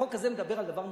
החוק הזה מדבר על דבר מוגדר: